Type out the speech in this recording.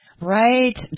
Right